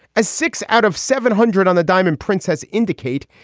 as six out of seven hundred on the diamond princess indicate,